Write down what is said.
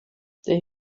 they